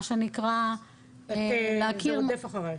מה שנקרא --- זה רודף אחריך.